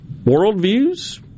worldviews